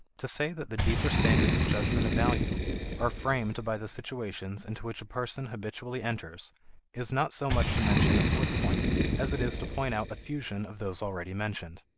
to say that the deeper standards of judgments of value are framed by the situations into which a person habitually enters is not so much to mention a fourth point, as it is to point out a fusion of those already mentioned.